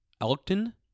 Elkton